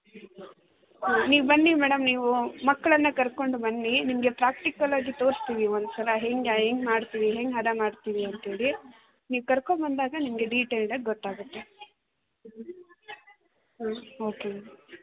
ನೀವು ಬನ್ನಿ ಮೇಡಮ್ ನೀವು ಮಕ್ಕಳನ್ನ ಕರ್ಕೊಂಡು ಬನ್ನಿ ನಿಮಗೆ ಪ್ರಾಕ್ಟಿಕಲ್ ಆಗಿ ತೋರ್ಸ್ತೀವಿ ಒಂದು ಸಲ ಹೇಗೆ ಹೆಂಗೆ ಮಾಡ್ತೀವಿ ಹೆಂಗೆ ಹದ ಮಾಡ್ತೀವಿ ಅಂತೇಳಿ ನೀವು ಕರ್ಕೋ ಬಂದಾಗ ನಿಮಗೆ ಡೀಟೆಲ್ಡಾಗಿ ಗೊತ್ತಾಗತ್ತೆ ಹ್ಞೂ ಓಕೆ ಮೇಡಮ್